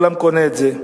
העולם קונה את זה.